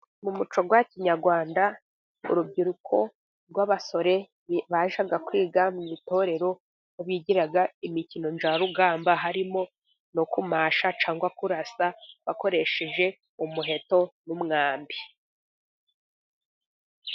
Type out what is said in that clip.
Mu muco wa Kinyarwanda urubyiruko rw'abasore babasha kwiga mu itorero, aho bigira imikino mvarugamba harimo no kumasha cyangwa kurasa bakoresheje umuheto n'umwambi.